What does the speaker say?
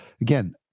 again